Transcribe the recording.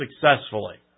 successfully